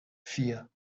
vier